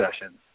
sessions